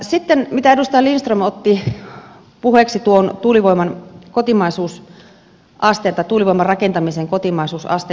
edustaja lindström otti puheeksi tuon tuulivoiman rakentamisen kotimaisuusasteen